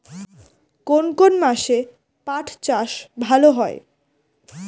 কোন কোন মাসে পাট চাষ ভালো হয়?